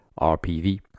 RPV